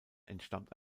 entstammt